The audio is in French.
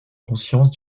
conscience